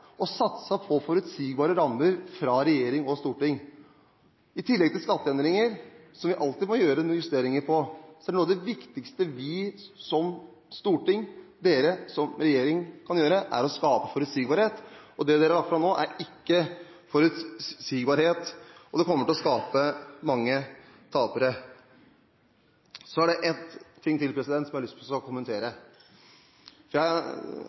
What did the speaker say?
på forutsigbare rammer fra regjering og storting. I tillegg til skatteendringer, som vi alltid må gjøre noen justeringer på, er noe av det viktigste vi som storting – og dere som regjering – kan gjøre, å skape forutsigbarhet, og det dere har varslet nå, er ikke forutsigbarhet, og det kommer til å skape mange tapere. Så er det én ting til som jeg har lyst til å kommentere.